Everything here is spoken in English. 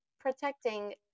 protecting